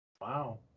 Wow